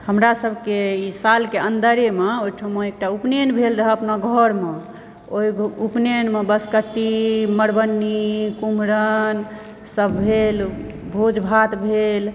हमरा सभके ई सालकऽ अन्दरेमऽ ओहिठुमा एकटा उपनयन भेल रहऽ अपना घरमऽ ओहि उपनयनमे बसकट्टी मरबन्हि कुमरमसभ भेल भोज भात भेल